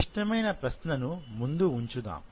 క్లిష్టమైన ప్రశ్న ముందు ఉంచుదాం